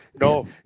No